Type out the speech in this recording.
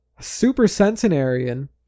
Supercentenarian